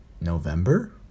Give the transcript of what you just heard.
November